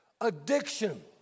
addiction